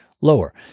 lower